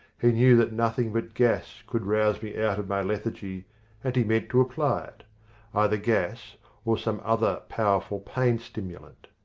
he knew that nothing but gas could rouse me out of my lethargy and he meant to apply it either gas or some other powerful pain stimulant.